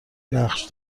نقش